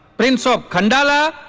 prince of khandala.